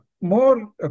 More